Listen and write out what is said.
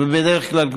בדרך כלל,